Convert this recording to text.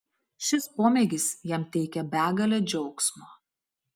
šis pomėgis jam teikia begalę džiaugsmo